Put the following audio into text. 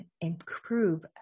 improve